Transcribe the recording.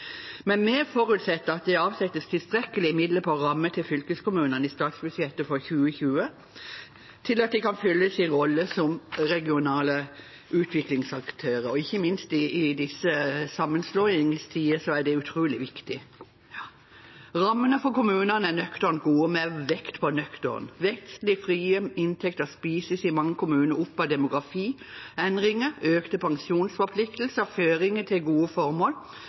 Men vi forutsetter at det avsettes tilstrekkelige midler på rammen til fylkeskommunene i statsbudsjettet for 2020 til at de kan fylle sin rolle som regionale utviklingsaktører – ikke minst er det utrolig viktig i disse sammenslåingstider. Rammene for kommunene er nøkternt gode – med vekt på nøkternt. Veksten i frie inntekter spises i mange kommuner opp av demografi, endringer, økte pensjonsforpliktelser og føringer til gode formål